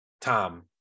Tom